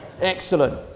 Excellent